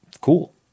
Cool